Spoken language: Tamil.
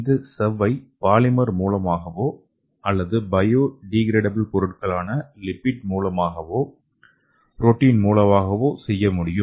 இந்த சவ்வை பாலிமர் மூலமாகவோ அல்லது பயோடீக்ரேடபுள் பொருட்களான லிப்பிட் மூலமாகவோ புரோட்டின் மூலமாகவும் செய்யமுடியும்